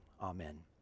amen